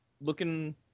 looking